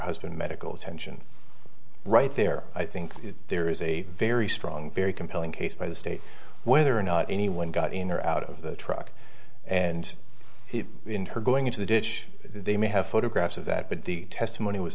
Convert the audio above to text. husband medical attention right there i think there is a very strong very compelling case by the state whether or not anyone got in or out of the truck and in her going into the ditch they may have photographs of that but the testimony was